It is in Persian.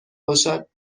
باشد